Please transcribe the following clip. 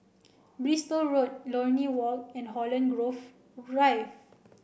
Bristol Road Lornie Walk and Holland Grove Rive